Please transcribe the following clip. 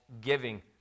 giving